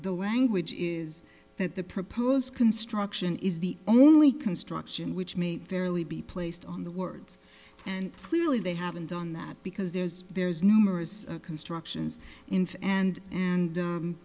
the language is that the proposed construction is the only construction which made fairly be placed on the words and clearly they haven't done that because there's there's numerous constructions in fact and and